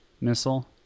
missile